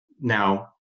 now